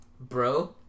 bro